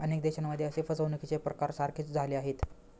अनेक देशांमध्ये असे फसवणुकीचे प्रकार सारखेच झाले आहेत